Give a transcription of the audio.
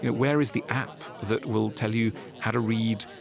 where is the app that will tell you how to read,